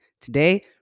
Today